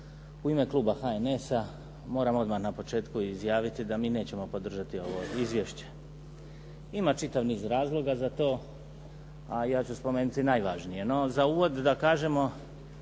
u ime kluba HNS-a moram odmah na početku izjaviti da mi nećemo podržati ovo izvješće. Ima čitav niz razloga za to a ja ću spomenuti najvažnije. No, za uvod da kažemo